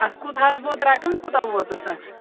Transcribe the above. اَتھ کوٗت حظ ووت رَقم کوٗتاہ ووتُس اَتھ